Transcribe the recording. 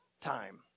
time